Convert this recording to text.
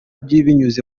binyuze